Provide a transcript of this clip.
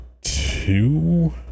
two